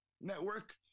network